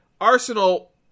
Arsenal